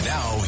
Now